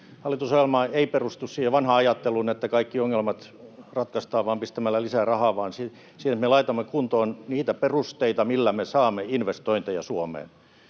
todettu — ei perustu siihen vanhaan ajatteluun, että kaikki ongelmat ratkaistaan vain pistämällä lisää rahaa, vaan siihen, että me laitamme kuntoon niitä perusteita, millä me saamme investointeja Suomeen.